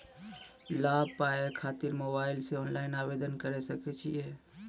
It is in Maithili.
लाभ पाबय खातिर मोबाइल से ऑनलाइन आवेदन करें सकय छियै?